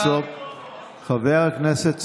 חבר הכנסת סובה,